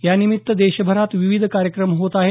यानिमित्त देशभरात विविध कार्यक्रम होत आहेत